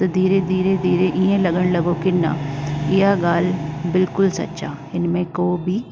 त धीरे धीरे धीरे ईअं लॻण लॻो की न इहा ॻाल्हि बिल्कुलु सच आहे हिन में को बि